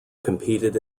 competed